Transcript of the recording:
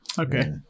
okay